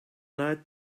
night